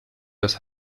das